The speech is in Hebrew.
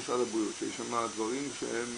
משרד הבריאות, שיש שם דברים שהם